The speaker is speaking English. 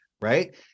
right